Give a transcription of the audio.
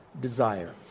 desire